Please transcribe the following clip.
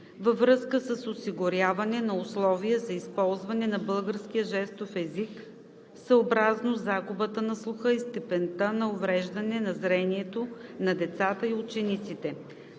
във връзка с осигуряване на условия за използване на българския жестов език съобразно загубата на слуха и степента на увреждане на зрението на децата и учениците.